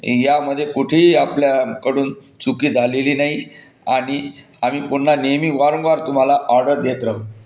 यामध्ये कुठेही आपल्याकडून चुकी झालेली नाही आणि आम्ही पुन्हा नेहमी वारंवार तुम्हाला ऑर्डर देत राहू